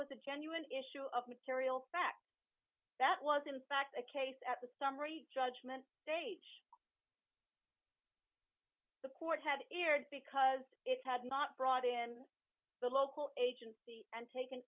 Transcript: was a genuine issue of material fact that was in fact the case at the summary judgment stage the court had weird because it had not brought in the local agency and taken